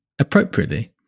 appropriately